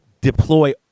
Deploy